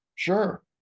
Sure